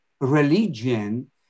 religion